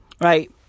Right